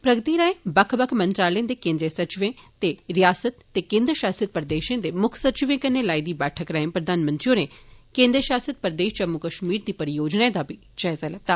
प्रगति राएं बक्ख बक्ख मालय दे केन्द्रीय सचिवें ते रियासतें ते केन्द्र शासित प्रदेषें दे मुक्ख सचिवें कन्नै लाई दी बैठक रांए प्रधानमंत्री होरें केन्द्र शासित प्रदेश जम्मू कश्मीर दी परियोजनाएं दा बी जायजा लैता